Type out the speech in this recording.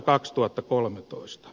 miksi